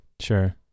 Sure